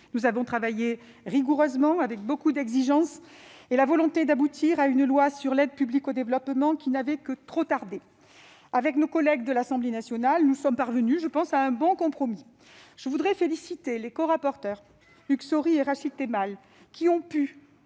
Nous avons travaillé rigoureusement, avec une grande exigence et la volonté de faire aboutir une loi sur l'aide publique au développement qui n'avait que trop tardé. Avec nos collègues de l'Assemblée nationale, nous sommes parvenus, je le pense, à un bon compromis. Je voudrais féliciter les corapporteurs, Hugues Saury et Rachid Temal, qui ont pu,